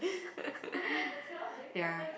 yeah